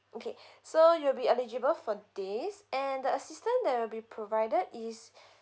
okay so you will be eligible for this and the assistant that will be provided is